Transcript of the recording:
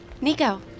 Nico